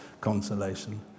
consolation